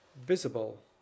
visible